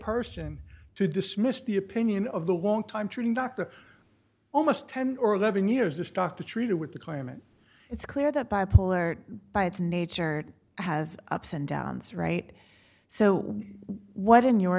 person to dismiss the opinion of the longtime treating doctor almost ten or eleven years this doctor treated with the claimant it's clear that bipolar by its nature has ups and downs right so what in your